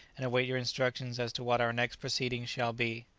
and await your instructions as to what our next proceedings shall be.